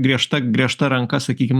griežta griežta ranka sakykim